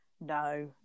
no